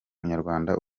munyarwanda